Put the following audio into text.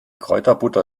kräuterbutter